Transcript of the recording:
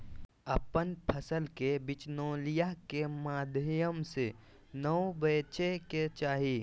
अपन फसल के बिचौलिया के माध्यम से नै बेचय के चाही